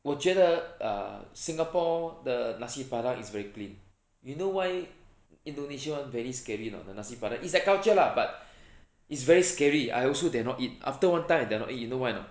我觉得 uh singapore 的 nasi-padang is very clean you know why indonesia [one] very scary or not the nasi-padang it's their culture lah but it's very scary I also dare not eat after one time I dare not eat you know why or not